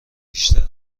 بیشتر